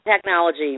technology